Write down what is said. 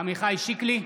עמיחי שיקלי,